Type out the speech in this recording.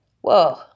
whoa